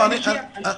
אסף,